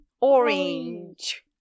Orange